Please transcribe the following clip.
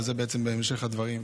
וזה בהמשך הדברים.